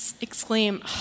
exclaim